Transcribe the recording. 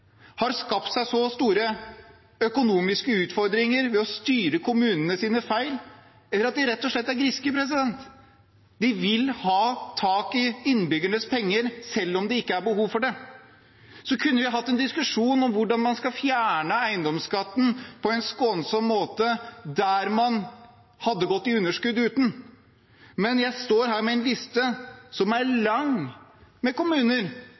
har skapt seg store økonomiske utfordringer ved å styre kommunene sine feil, eller som rett og slett er griske. De vil ha tak i innbyggernes penger selv om det ikke er behov for det. Så kunne vi hatt en diskusjon om hvordan man skulle fjerne eiendomsskatten på en skånsom måte der man hadde gått i underskudd uten den. Men jeg står her med en lang liste over kommuner som